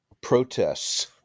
protests